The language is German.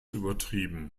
übertrieben